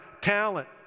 talent